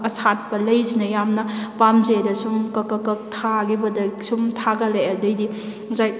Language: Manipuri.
ꯑꯁꯥꯠꯄ ꯂꯩꯁꯤꯅ ꯌꯥꯝꯅ ꯄꯥꯝꯖꯩ ꯑꯗꯨꯗ ꯑꯁꯨꯝ ꯀꯛ ꯀꯛ ꯀꯛ ꯊꯥꯈꯤꯕꯗꯒꯤ ꯑꯁꯨꯝ ꯊꯥꯒꯠꯂꯛꯑꯦ ꯑꯗꯨꯗꯩꯗꯤ ꯉꯁꯥꯏ